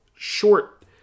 short